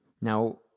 Now